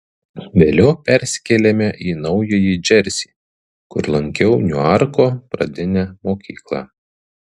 vėliau persikėlėme į naująjį džersį kur lankiau niuarko pradinę mokyklą